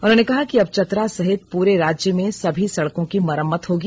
उन्होंने कहा कि अब चतरा सहित पूरे राज्य में सभी सड़कों की मरम्मत होगी